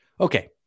Okay